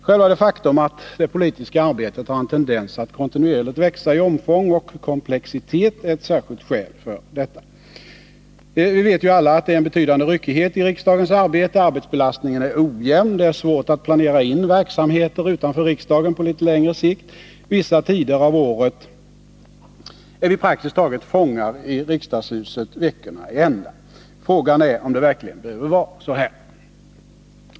Själva det faktum att det politiska arbetet har en tendens att kontinuerligt växa i omfång och komplexitet är ett särskilt skäl för detta. Vi vet alla att det är en betydande ryckighet i riksdagens arbete. Arbetsbelastningen är ojämn. Det är svårt att planera in verksamheter utanför riksdagen på litet längre sikt. Vissa tider av året är vi praktiskt taget fångar i riksdagshuset veckorna i ända. Frågan är om det verkligen behöver vara så här.